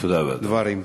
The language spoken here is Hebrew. תודה רבה, אדוני.